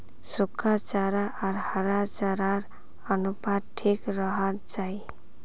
सुखा चारा आर हरा चारार अनुपात ठीक रोह्वा चाहि